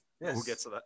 yes